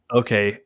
okay